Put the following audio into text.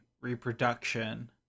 reproduction